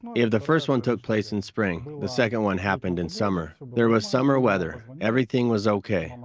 if the first one took place in spring, the second one happened in summer. there was summer weather, everything was okay, and